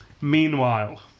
Meanwhile